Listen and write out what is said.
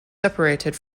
separated